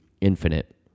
infinite